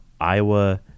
Iowa